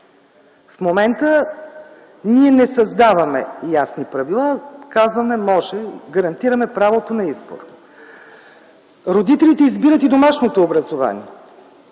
В момента ние не създаваме ясни правила, казваме, че може, гарантираме правото на избор. Родителите избират и домашното образование.